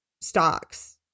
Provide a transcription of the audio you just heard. stocks